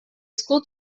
school